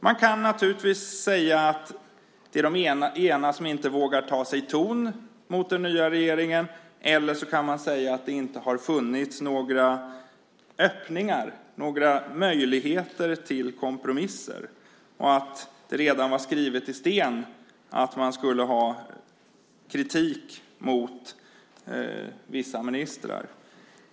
Man kan naturligtvis säga att det är några som inte vågar ta sig ton mot den nya regeringen. Eller också kan man säga att det inte har funnits några öppningar, några möjligheter till kompromisser och att det redan var skrivet i sten att man skulle rikta kritik mot vissa ministrar.